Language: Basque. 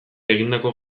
egindako